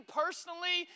personally